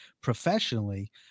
professionally